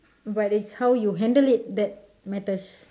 but it's how you handle it that matters